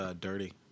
dirty